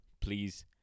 Please